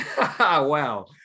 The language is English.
Wow